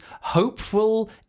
hopeful